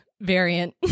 Variant